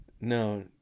no